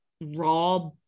raw